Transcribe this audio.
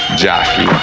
jockey